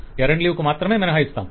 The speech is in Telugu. ఎరండు లీవ్ కు మాత్రమే మినహాయిస్తాము